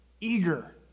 Eager